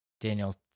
Daniel